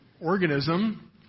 organism